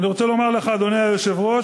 אני רוצה לומר לך, אדוני היושב-ראש,